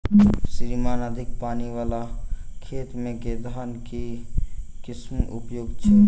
श्रीमान अधिक पानि वला खेत मे केँ धान केँ किसिम उपयुक्त छैय?